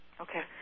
Okay